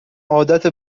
عادت